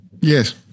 Yes